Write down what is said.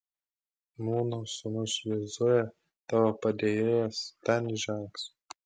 nūno sūnus jozuė tavo padėjėjas ten įžengs